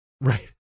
Right